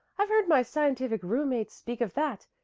i've heard my scientific roommate speak of that.